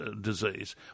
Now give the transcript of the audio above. disease